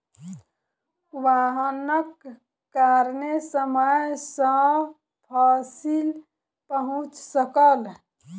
वाहनक कारणेँ समय सॅ फसिल पहुँच सकल